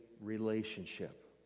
relationship